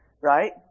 right